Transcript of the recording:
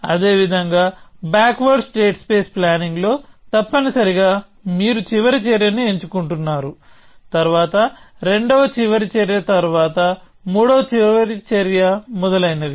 అదేవిధంగా backward state space planning లో తప్పనిసరిగా మీరు చివరి చర్యను ఎంచుకుంటున్నారు తరువాత రెండవ చివరి చర్య తరువాత మూడవ చివరి చర్య మొదలైనవి